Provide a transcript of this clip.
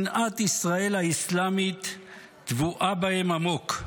שנאת ישראל האסלאמית טבועה בהם עמוק.